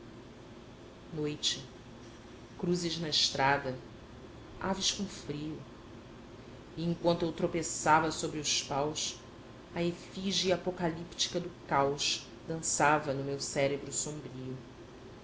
noite cruzes na estrada aves com frio e enquanto eu tropeçava sobre os paus a efígie apocalíptica do caos dançava no meu cérebro sombrio